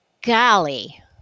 Golly